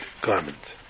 garment